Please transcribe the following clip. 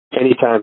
Anytime